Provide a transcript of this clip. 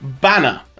Banner